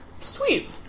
Sweet